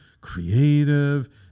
creative